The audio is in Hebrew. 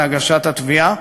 להגשת התביעה,